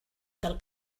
del